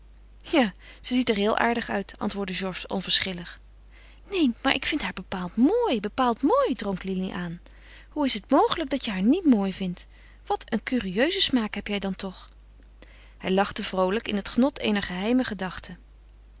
ja ze ziet er heel aardig uit antwoordde georges onverschillig neen maar ik vind haar bepaald mooi bepaald mooi drong lili aan hoe is het mogelijk dat je haar niet mooi vindt wat een curieusen smaak heb jij dan toch hij lachte vroolijk in het genot eener geheime gedachte